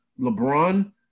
LeBron